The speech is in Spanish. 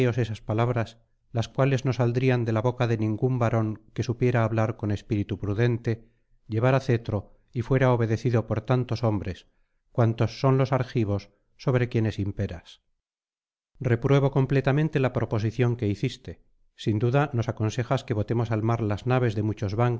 esas palabras las cuales no saldrían de la boca de ningún varón que supiera hablar con espíritu prudente llevara cetro y fuera obedecido por tantos hombres cuantos son los argivos sobre quienes imperas repruebo completamente la proposición que hiciste sin duda nos aconsejas que botemos al mar las naves de muchos